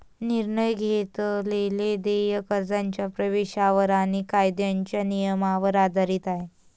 निर्णय घेतलेले देय कर्जाच्या प्रवेशावर आणि कायद्याच्या नियमांवर आधारित आहे